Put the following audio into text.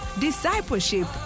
discipleship